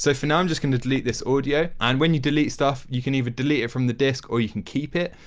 so for now i'm just going to delete this audio. and when you delete stuff you can even delete it from the disc or you can keep it.